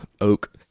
Oak